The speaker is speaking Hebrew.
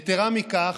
יתרה מכך,